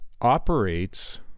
Operates